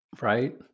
Right